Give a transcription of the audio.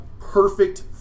perfect